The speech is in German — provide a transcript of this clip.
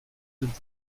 sind